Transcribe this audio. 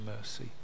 mercy